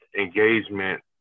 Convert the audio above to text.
engagement